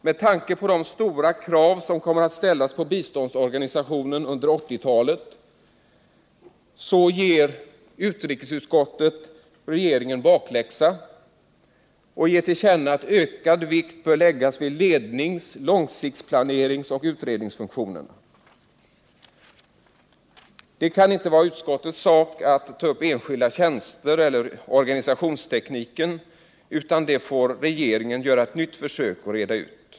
Med tanke på de stora krav som kommer att ställas på biståndsorganisationen under 1980-talet ger utrikesutskottet regeringen bakläxa och ger till känna att ökad vikt bör läggas vid lednings-, långsiktsplaneringsoch utredningsfunktionerna. Det kan inte vara utskottets sak att ta upp enskilda tjänster eller organisationstekniken, utan det får regeringen göra ett nytt försök att reda ut.